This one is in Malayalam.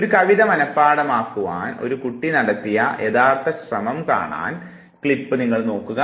ഒരു കവിത മനഃപാഠമാക്കുവാൻ ഒരു കുട്ടി നടത്തിയ യഥാർത്ഥ ശ്രമം കാണാൻ ക്ലിപ്പ് നോക്കുക